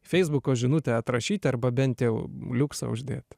feisbuko žinutę atrašyti arba bent jau liuksą uždėti